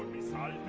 beside